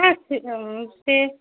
হ্যাঁ সে সে